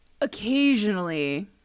occasionally